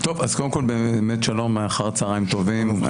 טוב, אז קודם כל, שלום ואחר הצהריים טובים.